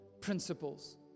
principles